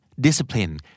Discipline